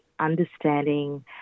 understanding